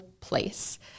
place